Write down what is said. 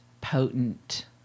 potent